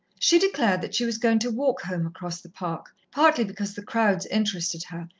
she declared that she was going to walk home across the park, partly because the crowds interested her,